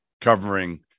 covering